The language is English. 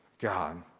God